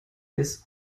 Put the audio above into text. des